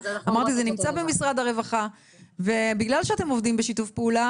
אמרתי שזה נמצא במשרד הרווחה ובגלל שאתם עובדים בשיתוף פעולה